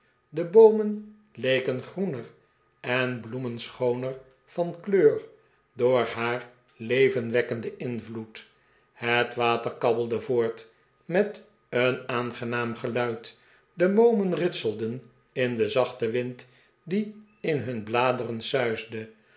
de boomen leken de pickwick club groener en de bloemen schooner van kleur door haar levenwekkenden invloed het water kabbelde voort met een aangenaam geluid de boomen ritselden in den zachten wind die in hun bladeren suisde